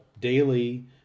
daily